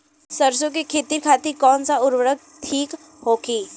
सरसो के खेती खातीन कवन सा उर्वरक थिक होखी?